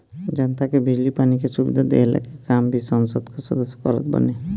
जनता के बिजली पानी के सुविधा देहला के काम भी संसद कअ सदस्य करत बाने